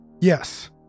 yes